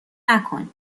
نکن